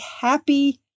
happy